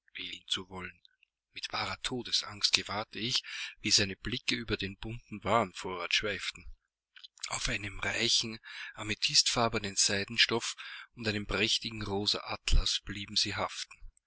zu wollen mit wahrer todesangst gewahrte ich wie seine blicke über den bunten warenvorrat schweiften auf einem reichen amethystfarbenen seidenstoff und einem prächtigen rosa atlas blieben sie haften